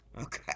Okay